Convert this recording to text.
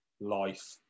life